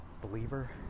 believer